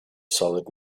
solid